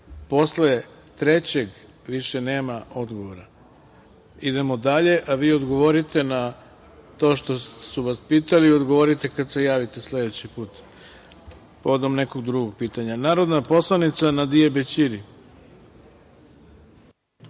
posle trećeg više nema odgovora. Idemo dalje, a vi odgovorite na to što su vas pitali kada se javite sledeći put, povodom nekog drugog pitanja. Reč ima narodna poslanica Nadije Bećiri.